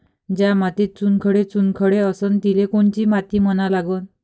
ज्या मातीत चुनखडे चुनखडे असन तिले कोनची माती म्हना लागन?